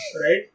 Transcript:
right